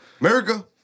America